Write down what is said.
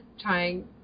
trying